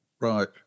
Right